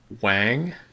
Wang